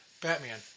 Batman